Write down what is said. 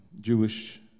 Jewish